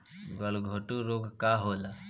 गलघोंटु रोग का होला?